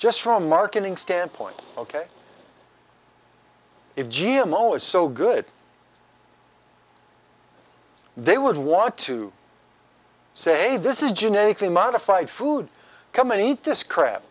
just from marketing standpoint ok if g m o is so good they would want to say this is genetically modified food come and eat this crap